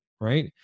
right